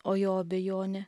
o jo abejonė